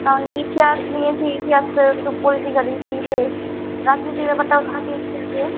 আমি ইতিহাস নিয়েছি ইতিহাস তো একটু পলিটিকালই ইসে রাজনীতির ব্যাপারটাও থাকে ইতিহাসে